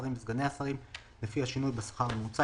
השרים וסגני השרים לפי השינוי בשכר הממוצע.